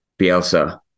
Bielsa